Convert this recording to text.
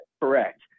Correct